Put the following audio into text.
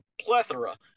plethora